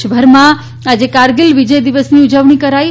દેશભરમાં આજે કારગીલ વિજય દિવ્સનીની ઉજવણી કરાઇ